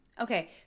okay